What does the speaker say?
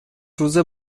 روزه